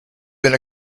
been